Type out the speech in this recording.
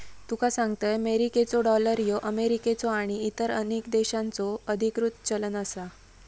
तुका सांगतंय, मेरिकेचो डॉलर ह्यो अमेरिकेचो आणि इतर अनेक देशांचो अधिकृत चलन आसा